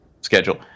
schedule